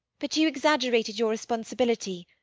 but you exaggerated your responsibility.